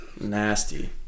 Nasty